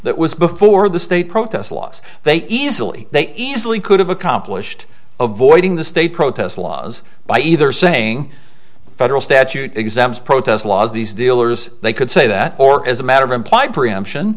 that was before the state protest laws they easily they easily could have accomplished avoiding the state protest laws by either saying federal statute exams protest laws these dealers they could say that or as a matter of implied preemption